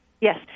Yes